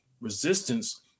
resistance